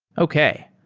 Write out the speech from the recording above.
okay.